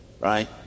right